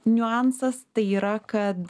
niuansas tai yra kad